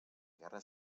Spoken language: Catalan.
guerra